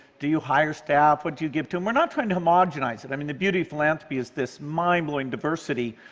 do you hire staff, what do you give to them? we're not trying to homogenize it. i mean, the beauty of philanthropy is this mind-blowing diversity.